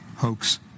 hoax